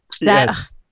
Yes